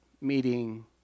meeting